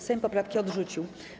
Sejm poprawki odrzucił.